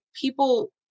people